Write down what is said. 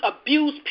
abuse